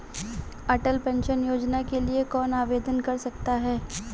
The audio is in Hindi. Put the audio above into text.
अटल पेंशन योजना के लिए कौन आवेदन कर सकता है?